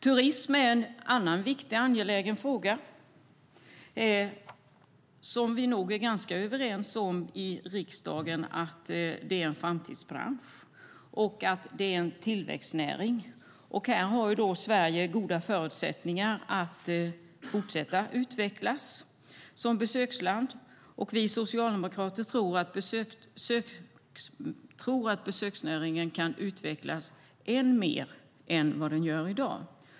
Turism är en annan viktig och angelägen fråga. Vi är nog ganska överens om i riksdagen att det är en framtidsbransch och att det är en tillväxtnäring. Sverige har goda förutsättningar att fortsätta utvecklas som besöksland. Vi socialdemokrater tror att besöksnäringen kan utvecklas mer än i dag.